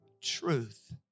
truth